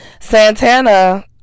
Santana